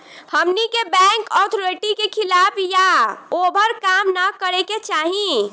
हमनी के bank authority के खिलाफ या ओभर काम न करे के चाही